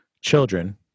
children